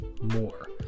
more